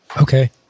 Okay